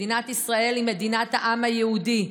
מדינת ישראל היא מדינת העם היהודי.